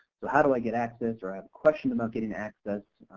so how do i get access or i have questions about getting access?